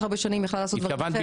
הרבה שנים שיכלה לעשות את הדברים האלה.